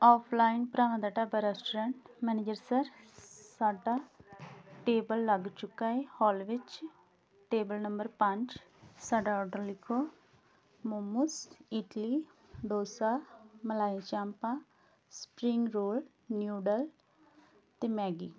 offline ਭਰਾਵਾਂ ਦਾ dhaba restaurant manager sir ਸਾਡਾ ਟੇਬਲ ਲੱਗ ਚੁੱਕਾ ਹੈ ਹਾਲ ਵਿੱਚ ਟੇਬਲ ਨੰਬਰ ਪੰਜ ਸਾਡਾ ਔਡਰ ਲਿਖੋ ਮੋਮੋਜ ਇਡਲੀ ਡੋਸਾ ਮਲਾਈ ਚਾਂਪਾਂ ਸਪਰਿੰਗ ਰੋਲ ਨਿਊਡਲ ਅਤੇ ਮੈਗੀ